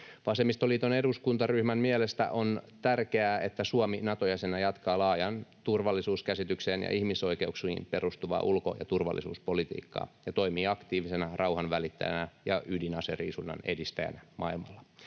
Vasemmistoliiton eduskuntaryhmän mielestä on tärkeää, että Suomi Nato-jäsenenä jatkaa laajaan turvallisuuskäsitykseen ja ihmisoikeuksiin perustuvaa ulko- ja turvallisuuspolitiikkaa ja toimii aktiivisena rauhanvälittäjänä ja ydinaseriisunnan edistäjänä maailmalla.